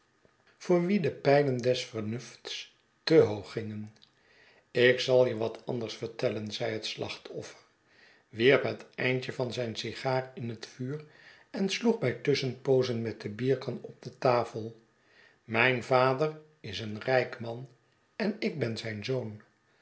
de pijlen des vernufts te hoog gingen ik zal je wat anders vertellen zei het slachtoffer wierp het eindje van zijn sigaar in het vuur en sloeg bij tusschenpozen met de bierkan op de tafel mijn vader is een rijk man en ik ben zijn zoon